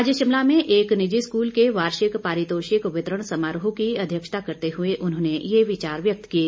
आज शिमला में एक निजी स्कूल के वार्षिक पारितोषिक वितरण समारोह की अध्यक्षता करते हुए उन्होंने यह विचार व्यक्त किए